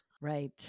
right